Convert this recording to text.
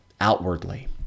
outwardly